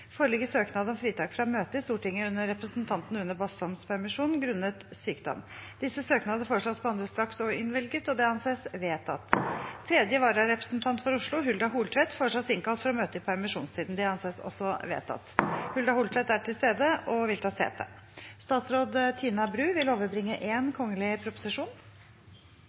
foreligger søknad om fritak fra å møte i Stortinget under representanten Une Bastholms permisjon, grunnet sykdom. Etter forslag fra presidenten ble enstemmig besluttet: Søknadene behandles straks og innvilges. Tredje vararepresentant for Oslo, Hulda Holtvedt , innkalles for å møte i permisjonstiden. Etter ønske fra arbeids- og sosialkomiteen vil presidenten ordne debatten slik: 3 minutter til hver partigruppe og 3 minutter til medlemmer av regjeringen. Videre vil det